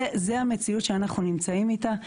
זה המציאות שאנחנו נמצאים איתה.